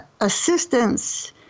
assistance